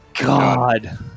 God